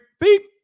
Beep